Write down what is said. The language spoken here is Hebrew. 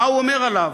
מה הוא אומר עליו?